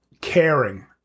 caring